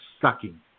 sucking